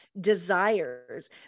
desires